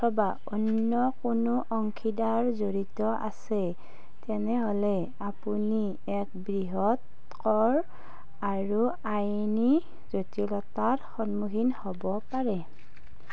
অথবা অন্য কোনো অংশীদাৰ জড়িত আছে তেনেহ'লে আপুনি এক বৃহৎ কৰ আৰু আইনী জটিলতাৰ সন্মুখীন হ'ব পাৰে